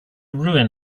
ruin